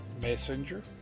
Messenger